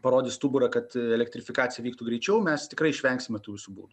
parodys stuburą kad elektrifikacija vyktų greičiau mes tikrai išvengsime tų visų baudų